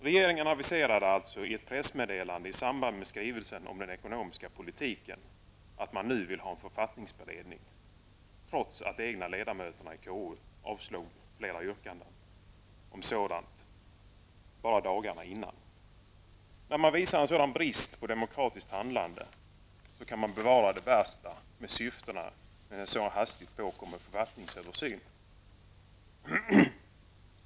Regeringen aviserade alltså i ett pressmeddelande i samband med skrivelsen om den ekonomiska politiken att man nu vill ha en författningsberedning, trots att de egna ledamöterna i KU avstyrkte flera yrkanden om sådant bara dagarna innan. När det visas en sådan brist på demokratiskt handlande kan man befara det värsta av syftena med en så hastigt påkommen författningsöversyn.